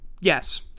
Yes